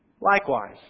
Likewise